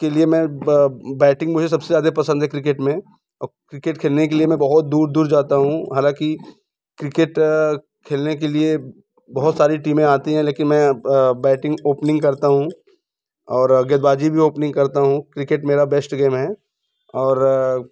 के लिए मैं बैटिंग मुझे सबसे ज़्यादा पसंद है क्रिकेट में और क्रिकेट खेलने के लिए मैं बहुत दूर दूर जाता हूँ हालांकि क्रिकेट खेलने के लिए बहुत सारी टीमें आती हैं लेकिन मैं बैटिंग ओपनिंग करता हूँ और गेंदबाजी भी ओपनिंग करता हूँ क्रिकेट मेरा बेस्ट गेम है और